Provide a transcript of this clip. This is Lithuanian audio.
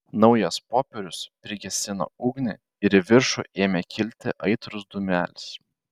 naujas popierius prigesino ugnį ir į viršų ėmė kilti aitrus dūmelis